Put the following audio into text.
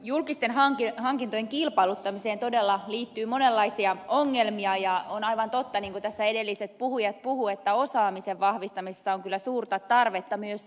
julkisten hankintojen kilpailuttamiseen todella liittyy monenlaisia ongelmia ja on aivan totta niin kuin tässä edelliset puhujat puhuivat että osaamisen vahvistamisessa on kyllä suurta tarvetta myös kunnissa